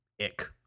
ick